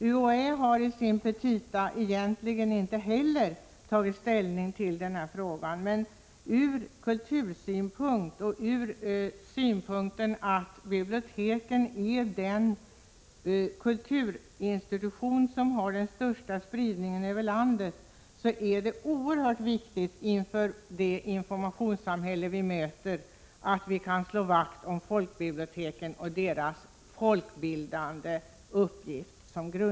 UHÄ har i sina petita egentligen inte heller tagit ställning till denna fråga, men ur kultursynpunkt och ur den synpunkten att biblioteken är den kulturinstitution som har den största spridningen över landet, är det oerhört viktigt inför det informationssamhälle vi möter att vi kan slå vakt om folkbiblioteken och deras grundläggande folkbildande uppgift.